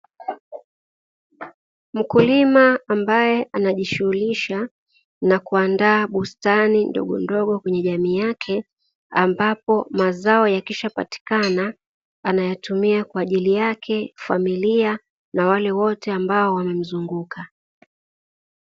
Mkulima ambaye anajishughulisha na kuandaa bustani ndogondogo kwenye jamii yake ambapo mazao yakishapatikana anayatumia kwa ajili yake, familia na wale wote ambao wamemzunguka.